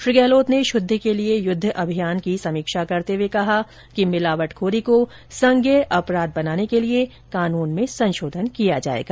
श्री गहलोत ने शुद्ध के लिए युद्ध अभियान की भी समीक्षा करते हुए कहा कि मिलावटखोरी को संज्ञेय अपराध बनाने के लिए कानून में संशोधन किया जाएगा